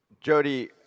Jody